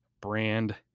brand